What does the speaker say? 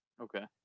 okay